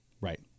Right